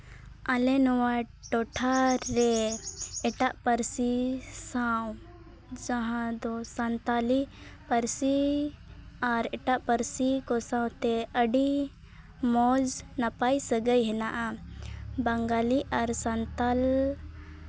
ᱟᱞᱮ ᱱᱚᱣᱟ ᱴᱚᱴᱷᱟ ᱨᱮ ᱮᱴᱟᱜ ᱯᱟᱹᱨᱥᱤ ᱥᱟᱶ ᱡᱟᱦᱟᱸ ᱫᱚ ᱥᱟᱱᱛᱟᱲᱤ ᱯᱟᱹᱨᱥᱤ ᱟᱨ ᱮᱴᱟᱜ ᱯᱟᱹᱨᱥᱤ ᱠᱚ ᱥᱟᱶᱛᱮ ᱟᱹᱰᱤ ᱢᱚᱡᱽ ᱱᱟᱯᱟᱭ ᱥᱟᱹᱜᱟᱹᱭ ᱦᱮᱱᱟᱜᱼᱟ ᱵᱟᱝᱜᱟᱞᱤ ᱟᱨ ᱥᱟᱱᱛᱟᱲ